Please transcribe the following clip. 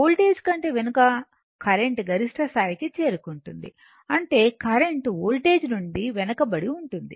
voltage కంటే వెనుక current గరిష్ట స్థాయికి చేరుకుంటుంది అంటే కరెంట్ వోల్టేజ్ నుండి వెనుకబడి ఉంటుంది